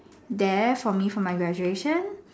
there for me for my graduation